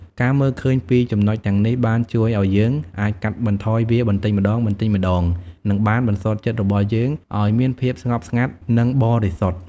ការមើលឃើញពីចំណុចទាំងនេះបានជួយឱ្យយើងអាចកាត់បន្ថយវាបន្តិចម្តងៗនិងបានបន្សុទ្ធចិត្តរបស់យើងឱ្យមានភាពស្ងប់ស្ងាត់និងបរិសុទ្ធ។